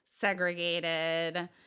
segregated